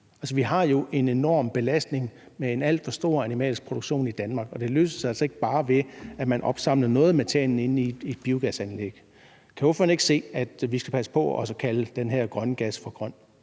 Vi har en enorm belastning med en alt for stor animalsk produktion i Danmark, og det løser sig altså ikke bare ved, at man opsamler noget af metanen inde i et biogasanlæg. Kan ordføreren ikke se, at vi skal passe